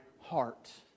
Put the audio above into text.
heart